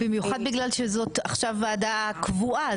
במיוחד בגלל שזאת עכשיו ועדה קבועה.